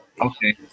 Okay